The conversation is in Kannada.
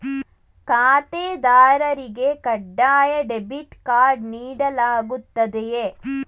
ಖಾತೆದಾರರಿಗೆ ಕಡ್ಡಾಯ ಡೆಬಿಟ್ ಕಾರ್ಡ್ ನೀಡಲಾಗುತ್ತದೆಯೇ?